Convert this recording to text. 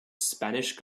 spanish